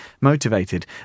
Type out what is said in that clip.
motivated